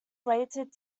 slated